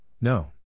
no